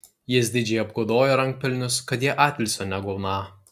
jis didžiai apgodojo rankpelnius kad jie atilsio negauną